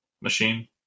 machine